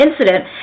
incident